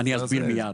במקומות האלה,